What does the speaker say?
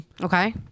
Okay